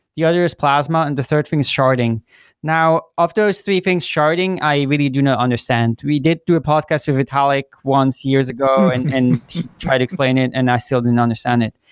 the other is plasma and the third thing is sharding now of those three things, sharding i really do not understand. we did do a podcast with vitalik once years ago and and try to explain it and i still didn't understand it.